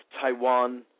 Taiwan